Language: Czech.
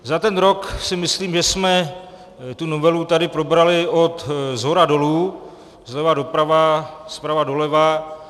Za ten rok si myslím, že jsme tu novelu tady probrali odshora dolů, zleva doprava, zprava doleva.